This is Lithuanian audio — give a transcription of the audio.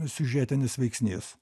siužetinis veiksnys